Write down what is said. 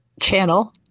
channel